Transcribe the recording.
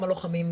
גם הלוחמים,